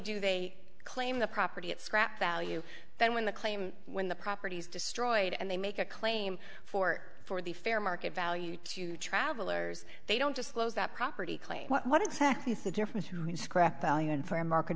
do they claim the property at scrap value then when the claim when the properties destroyed and they make a claim for for the fair market value to travelers they don't just close that property claim what exactly is the difference in scrap value and for a market